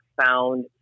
found –